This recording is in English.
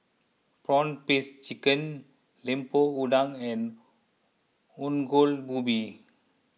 Prawn Paste Chicken Lemper Udang and Ongol Ubi